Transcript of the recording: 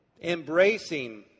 embracing